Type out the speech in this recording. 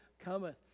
cometh